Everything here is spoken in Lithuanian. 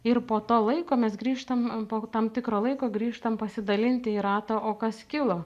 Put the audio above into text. ir po to laiko mes grįžtam po tam tikro laiko grįžtam pasidalinti į ratą o kas kilo